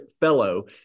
fellow